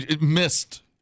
missed